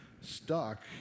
stuck